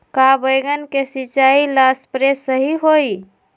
का बैगन के सिचाई ला सप्रे सही होई?